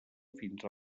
fins